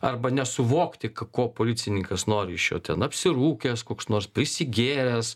arba nesuvokti ko policininkas nori iš jo ten apsirūkęs koks nors prisigėręs